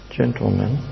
gentlemen